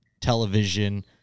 television